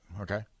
Okay